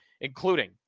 including